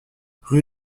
rue